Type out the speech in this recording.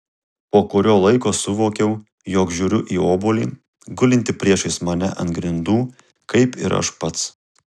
po kurio laiko suvokiau jog žiūriu į obuolį gulintį priešais mane ant grindų kaip ir aš pats